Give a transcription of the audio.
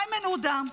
איימן עודה,